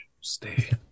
stay